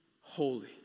holy